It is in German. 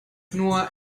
nur